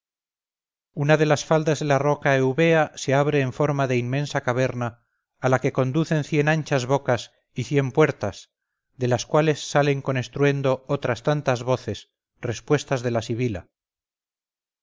una de las faldas de la roca eubea se abre en forma de inmensa caverna a la que conducen cien anchas bocas y cien puertas de las cuales salen con estruendo otras tantas voces respuestas de la sibila